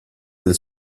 del